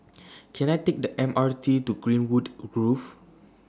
Can I Take The M R T to Greenwood Grove